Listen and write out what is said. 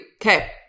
okay